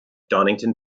donington